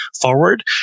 forward